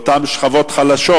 לאותן שכבות חלשות.